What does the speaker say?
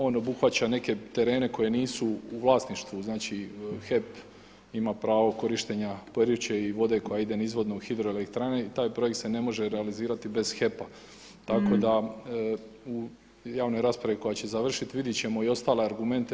On obuhvaća neke terene koji nisu u vlasništvu znači HEP ima pravo korištenja Peruče i vode koja ide nizvodno u hidroelektranu i taj projekt se ne može realizirati bez HEP-a, tako da u javnoj raspravi koja će završiti vidjet ćemo i ostale argumente.